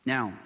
Now